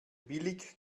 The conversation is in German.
billig